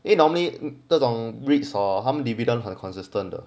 因为 normally 这种 REITs hor 他们 dividend 很 consistent 的